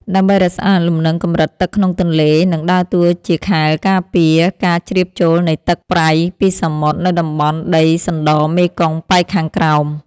ដើម្បីរក្សាលំនឹងកម្រិតទឹកក្នុងទន្លេ និងដើរតួជាខែលការពារការជ្រាបចូលនៃទឹកប្រៃពីសមុទ្រនៅតំបន់ដីសណ្ដមេគង្គប៉ែកខាងក្រោម។